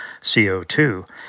CO2